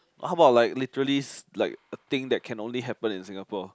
how about like literally like a thing that can only happen in Singapore